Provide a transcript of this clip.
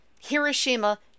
Hiroshima